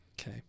Okay